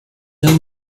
low